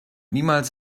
niemals